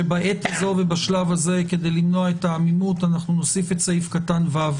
שבעת הזו ובשלב הזה כדי למנוע את העמימות נוסיף את סעיף קטן (ו)